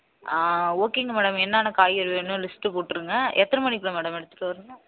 ஓகேங்க மேடம் என்னென்ன காய்கறி வேணுமுன்னு லிஸ்ட்டு போட்டுருங்க எத்தனை மணிக்குள்ளே மேடம் எடுத்துகிட்டு வரணும்